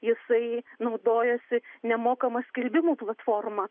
jisai naudojasi nemokama skelbimų platforma